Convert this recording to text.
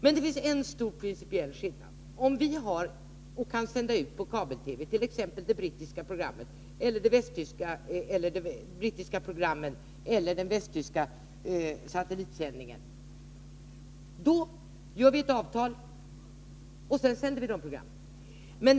Men det finns en stor principiell skillnad. Om vi kan sända ut på kabel-TV t.ex. de brittiska programmen eller den västtyska satellitsändningen, träffar vi ett avtal och sänder de programmen.